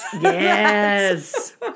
Yes